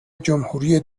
جمهوری